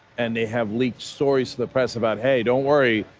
and they have lead stories to the press about, hey don't worry,